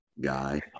guy